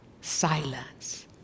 silence